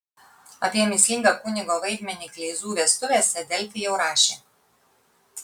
apie mįslingą kunigo vaidmenį kleizų vestuvėse delfi jau rašė